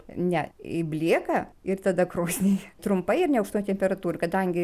ne į blieką ir tada krosnį trumpai ir neaukštoj temperatūroj kadangi